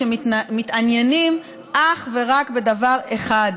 שמתעניינת אך ורק בדבר אחד,